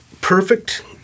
perfect